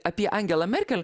apie angelą merkel